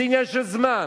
זה עניין של זמן.